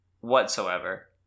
whatsoever